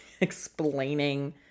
explaining